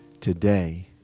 Today